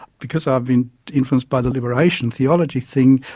because i've been influenced by the liberation theology thing,